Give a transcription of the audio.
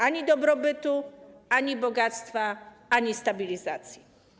Ani dobrobytu, ani bogactwa, ani stabilizacji.